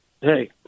hey